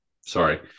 Sorry